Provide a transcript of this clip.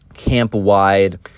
camp-wide